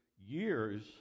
years